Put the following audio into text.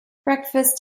breakfast